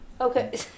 Okay